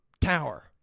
Tower